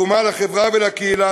תרומה לחברה ולקהילה,